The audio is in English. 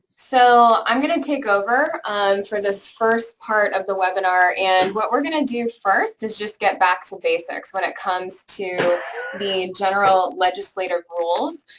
so i'm gonna take over for this first part of the webinar, and what we're gonna do first is just get back to so basics when it comes to the general legislative rules.